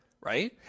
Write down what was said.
right